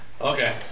Okay